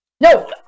no